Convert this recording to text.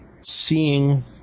seeing